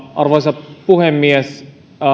arvoisa puhemies